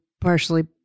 partially